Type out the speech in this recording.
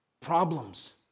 problems